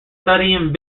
studying